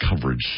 coverage